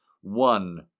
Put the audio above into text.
One